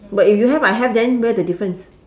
but if you have I have then where the difference